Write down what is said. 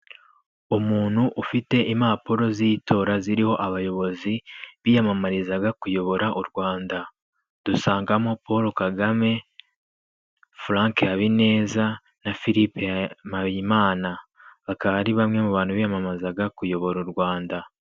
Umuntu ufite impapuro z'itora ziriho abayobozi biyamamarizaga kuyobora u Rwanda, dusangamo paul Kagame, Frank Habineza, na Philippe Mpayimana. akaba ari bamwe mu bantu biyamamazaga kuyobora u Rwanda.